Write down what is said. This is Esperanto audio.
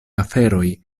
aferoj